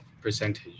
percentage